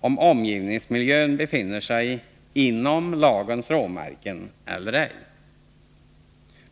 om omgivningsmiljön befinner sig inom lagens råmärken eller ej.